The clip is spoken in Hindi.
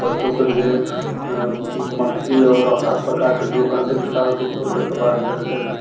बच्चों के लिए मक्खी और हर प्रकार के जो गंदे कीटाणु सब की देखभाल के